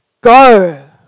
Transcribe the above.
go